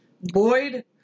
Boyd